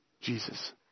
Jesus